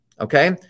okay